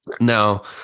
now